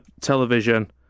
television